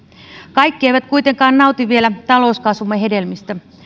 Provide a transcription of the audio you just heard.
kaikki eivät kuitenkaan nauti vielä talouskasvumme hedelmistä